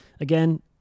again